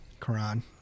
Quran